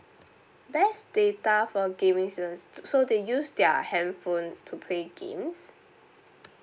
best data for gaming students so they use their handphone to play games